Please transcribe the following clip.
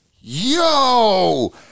yo